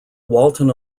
walton